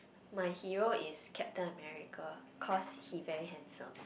my hero is Captain-America cause he very handsome